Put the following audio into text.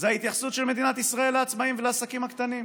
ההתייחסות של מדינת ישראל לעצמאים ולעסקים הקטנים.